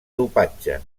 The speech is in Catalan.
dopatge